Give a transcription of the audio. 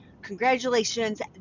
Congratulations